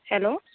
hello